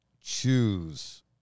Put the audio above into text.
choose